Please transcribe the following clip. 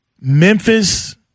Memphis